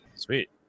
Sweet